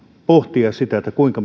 pohtia sitä kuinka